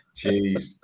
Jeez